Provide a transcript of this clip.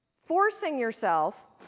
forcing yourself